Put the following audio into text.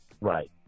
Right